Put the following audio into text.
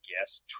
guess